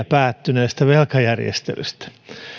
päättyneestä velkajärjestelystä